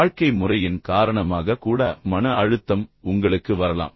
வாழ்க்கை முறையின் காரணமாக கூட மன அழுத்தம் உங்களுக்கு வரலாம்